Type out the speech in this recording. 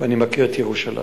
ואני מכיר את ירושלים.